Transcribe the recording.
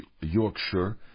Yorkshire